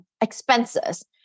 expenses